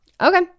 Okay